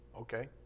Okay